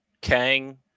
Kang